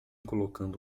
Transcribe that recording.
colocando